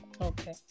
Okay